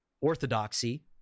orthodoxy